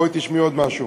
בואי תשמעי עוד משהו.